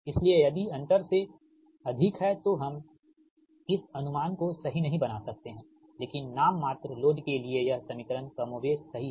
इसलिए यदि अंतर से अधिक है तो हम इस अनुमान को सही नहीं बना सकते हैं लेकिन नाममात्र लोड के लिए यह समीकरण कमोबेश सही है